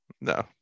No